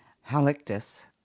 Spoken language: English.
halictus